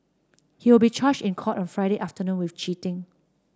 he will be charged in court on Friday afternoon with cheating